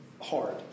hard